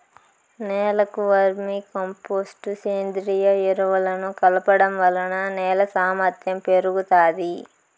నేలకు vermicompost, సేంద్రీయ ఎరువులను కలపడం వలన నేల సామర్ధ్యం పెరుగుతాది